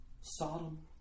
Sodom